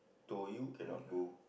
told you cannot go